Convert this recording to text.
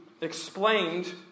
explained